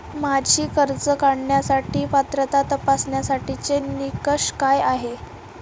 माझी कर्ज काढण्यासाठी पात्रता तपासण्यासाठीचे निकष काय आहेत?